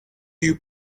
you